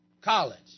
college